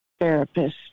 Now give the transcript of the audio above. therapist